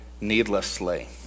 needlessly